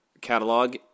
catalog